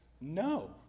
No